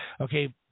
Okay